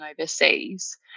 overseas